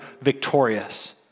victorious